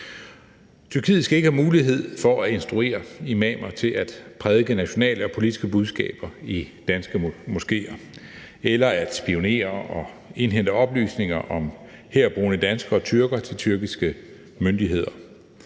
Tyrkiet skal ikke have mulighed for at instruere imamer til at prædike nationale og politiske budskaber i danske moskéer eller at spionere og indhente oplysninger om herboende danskere og tyrkere til tyrkiske myndigheder.